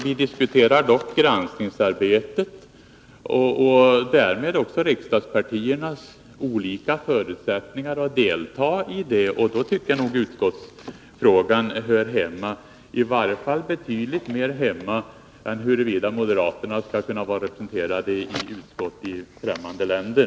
Vi diskuterar dock granskningsarbetet och därmed också riksdagspartiernas olika förutsättningar att delta i det. Då tycker jag nog att frågan om utskottsrepresentationen hör hemma i den här debatten, i varje fall betydligt mera än frågan huruvida moderaterna skall kunna vara representerade i utskott i fftämmande länder.